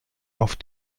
auf